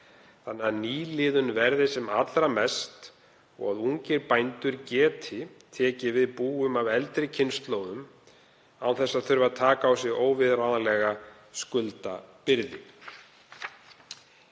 þannig að nýliðun verði sem allra mest og að ungir bændur geti tekið við búum af eldri kynslóðum án þess að þurfa að taka á sig óviðráðanlega skuldabyrði.